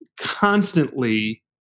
constantly